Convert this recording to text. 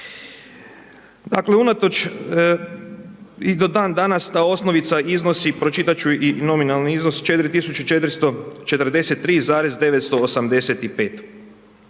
Dakle unatoč i do dan danas ta osnovica iznosi, pročitati ću i nominalni iznos 4443,985.